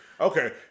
Okay